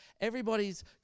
Everybody's